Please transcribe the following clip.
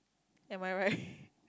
am I right